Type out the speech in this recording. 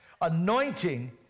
Anointing